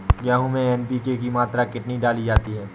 गेहूँ में एन.पी.के की मात्रा कितनी डाली जाती है?